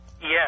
Yes